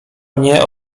mnie